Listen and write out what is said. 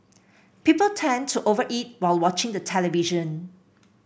people tend to over eat while watching the television